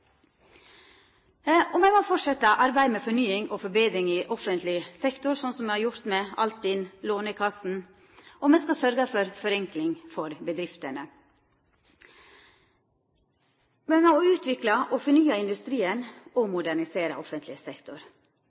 arbeidslivet. Me må fortsetja arbeidet med fornying og forbetring i offentleg sektor, slik vi har gjort med altinn.no og Lånekassa, og me skal sørgja for ei forenkling for bedriftene. Me må òg utvikla og fornya industrien og modernisera offentleg sektor.